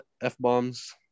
f-bombs